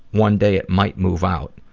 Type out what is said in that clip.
one day it might move out,